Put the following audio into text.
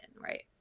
right